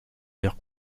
l’aire